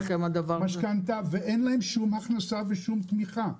על משכנתה ואין להם שום הכנסה ושום תמיכה.